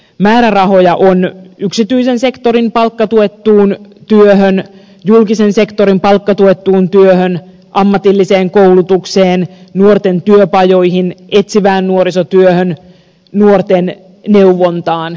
määrärahoja on yksityisen sektorin palkkatuettuun työhön julkisen sektorin palkkatuettuun työhön ammatilliseen koulutukseen nuorten työpajoihin etsivään nuorisotyöhön nuorten neuvontaan